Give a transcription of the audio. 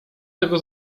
tego